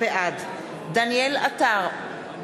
בעד דניאל עטר,